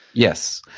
yes.